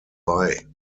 bei